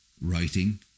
writing